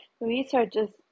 researches